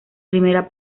primera